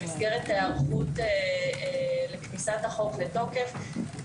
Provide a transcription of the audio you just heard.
במסגרת ההיערכות לכניסת החוק לתוקף,